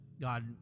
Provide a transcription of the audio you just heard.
God